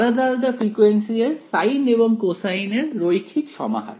আলাদা আলাদা ফ্রিকোয়েন্সি এর সাইন এবং কোসাইন এর রৈখিক সমাহার